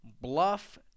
bluff